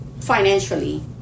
financially